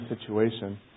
situation